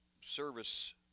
service